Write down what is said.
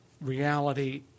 reality